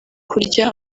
kurya